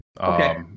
Okay